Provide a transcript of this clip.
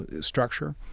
structure